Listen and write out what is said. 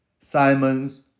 Simon's